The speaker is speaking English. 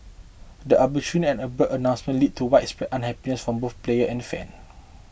the arbitrary and abrupt announcement led to widespread unhappiness from both players and fans